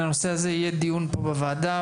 על הנושא הזה יהיה דיון פה בוועדה.